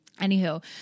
anywho